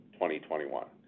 2021